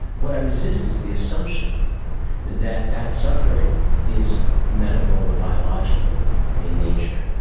what i resist is the assumption that that suffering is medical or biological in nature.